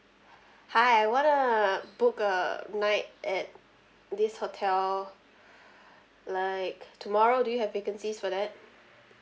hi I want to book a night at this hotel like tomorrow do you have vacancies for that